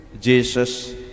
Jesus